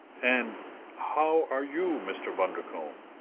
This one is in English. and how are you, mr. bundercombe?